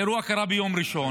האירוע קרה ביום ראשון,